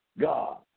God